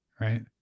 right